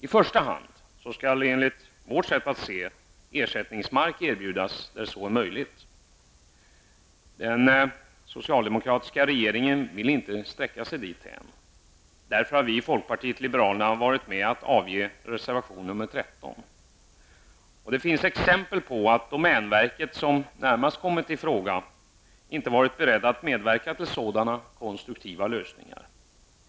I första hand skall ersättningsmark erbjudas där så är möjligt, enligt vårt sätt att se. Den socialdemokratiska regeringen vill inte sträcka sig dithän. Därför har vi i folkpartiet liberalerna varit med att avge reservation nr 13. Det finns exempel på att domänverket, som närmast kommit i fråga, inte har varit berett att medverka till sådana konstruktiva lösningar.